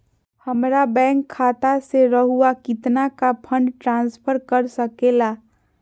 हमरा बैंक खाता से रहुआ कितना का फंड ट्रांसफर कर सके ला?